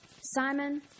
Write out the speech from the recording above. Simon